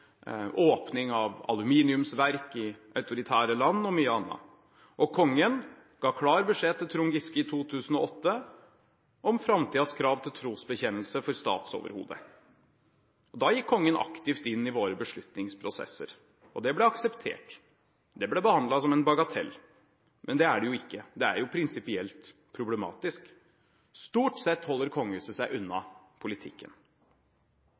åpning av aluminiumsverk i autoritære land og mye annet. Og kongen ga klar beskjed til Trond Giske i 2008 om framtidens krav til trosbekjennelse for statsoverhodet. Da gikk kongen aktivt inn i våre beslutningsprosesser. Det ble akseptert og behandlet som en bagatell. Men det er det jo ikke. Det er prinsipielt problematisk. Stort sett holder kongehuset seg unna politikken.